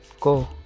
go